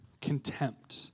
contempt